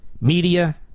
Media